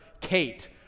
Kate